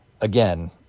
again